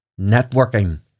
networking